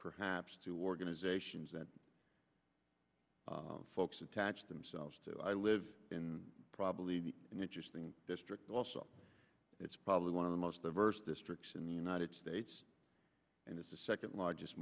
perhaps to organizations that folks attach themselves to i live in probably an interesting district also it's probably one of the most diverse districts in the united states and it's the second largest